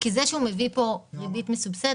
כי זה שהוא מביא פה ריבית מסובסדת,